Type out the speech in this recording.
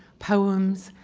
poems,